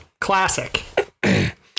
classic